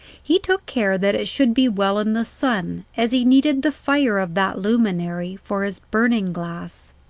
he took care that it should be well in the sun, as he needed the fire of that luminary for his burning-glass.